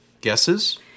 Guesses